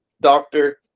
doctor